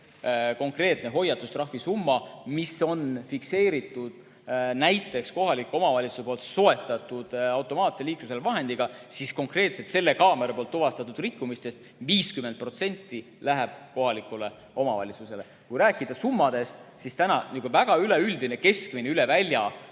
konkreetsest hoiatustrahvisummast, mis on fikseeritud näiteks kohaliku omavalitsuse soetatud automaatse liiklusjärelevalvevahendiga, konkreetselt selle kaameraga tuvastatud rikkumiste puhul 50% läheb kohalikule omavalitsusele. Kui rääkida summadest, siis täna väga üldine üle välja